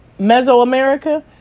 Mesoamerica